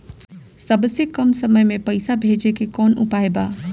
सबसे कम समय मे पैसा भेजे के कौन उपाय बा?